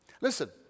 Listen